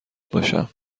باشم